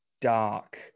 dark